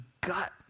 gut